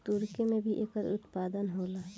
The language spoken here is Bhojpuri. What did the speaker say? तुर्की में भी एकर उत्पादन होला